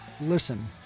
listen